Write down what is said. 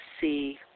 see